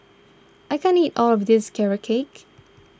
I can't eat all of this Carrot Cake